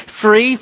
free